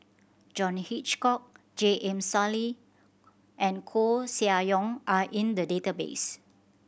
John Hitchcock J M Sali and Koeh Sia Yong are in the database